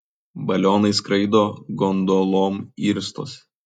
balionais skraido gondolom irstosi